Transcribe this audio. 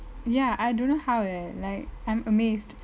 ya I don't know how eh like I'm amazed